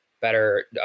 better